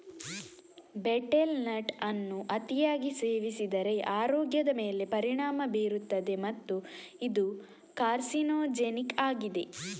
betel nut ಅನ್ನು ಅತಿಯಾಗಿ ಸೇವಿಸಿದರೆ ಆರೋಗ್ಯದ ಮೇಲೆ ಪರಿಣಾಮ ಬೀರುತ್ತದೆ ಮತ್ತು ಇದು ಕಾರ್ಸಿನೋಜೆನಿಕ್ ಆಗಿದೆ